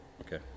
Okay